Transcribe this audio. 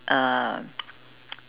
uh